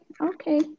Okay